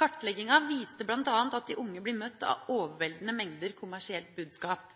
Kartlegginga viste bl.a. at de unge blir møtt av overveldende mengder kommersielt budskap,